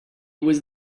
was